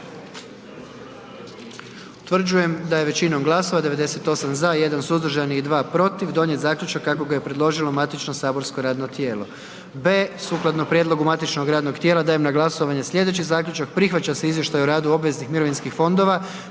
Utvrđujem da je većinom glasova, 98 za, jedan suzdržan i 2 protiv donijet zaključak kako ga je preložilo matično saborsko radno tijelo. b) sukladno prijedlogu matičnog radnog tijela dajem na glasovanje sljedeći zaključak, prihvaća se Izvještaj radu obveznih mirovinskih fondova